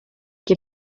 che